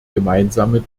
gemeinsame